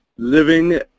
living